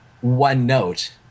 one-note